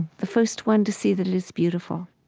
the first one to see that it is beautiful